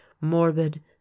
morbid